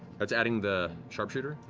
that's adding the sharpshooter?